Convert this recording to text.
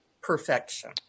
perfection